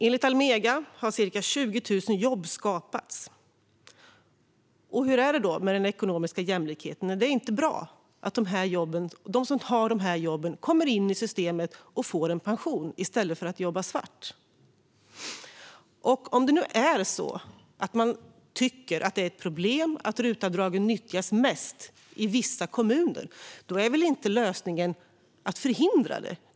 Enligt Almega har ca 20 000 jobb skapats. Och hur var det med den ekonomiska jämlikheten? Är det inte bra att de som har dessa jobb kommer in i systemet och får en pension i stället för att jobba svart? Om man nu tycker att det är ett problem att RUT-avdraget nyttjas mest i vissa kommuner är väl inte lösningen att förhindra det?